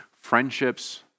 friendships